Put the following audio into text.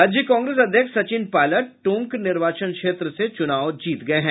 राज्य कांग्रेस अध्यक्ष सचिन पायलट टोंक निर्वाचन क्षेत्र से चुनाव जीत गए हैं